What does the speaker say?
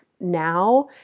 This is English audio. now